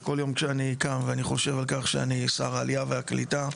וכל יום שאני קם ואני חושב על כך שאני שר העלייה והקליטה,